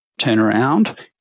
turnaround